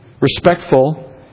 respectful